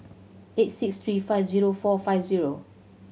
eight six three five zero four five zero